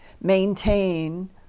maintain